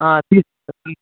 ఆ తీసుకో